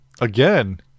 Again